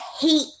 hate